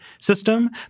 system